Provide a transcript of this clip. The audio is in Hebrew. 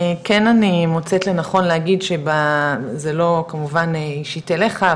כן אני מוצאת לנכון להגיד שלא כמובן אישית אליך,